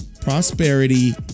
prosperity